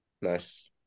Nice